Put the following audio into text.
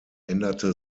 änderte